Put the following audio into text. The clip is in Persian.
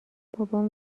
بابام